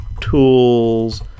tools